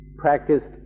practiced